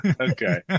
okay